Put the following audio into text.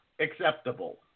acceptable